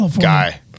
guy